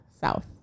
South